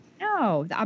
No